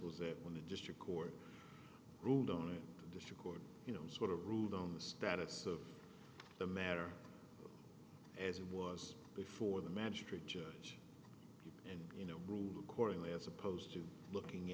was that when the district court ruled on discord you know sort of ruled on the status of the matter as it was before the magistrate judge and you know ruled accordingly as opposed to looking